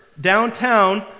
downtown